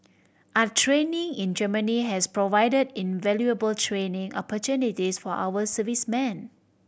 our training in Germany has provided invaluable training opportunities for our servicemen